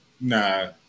Nah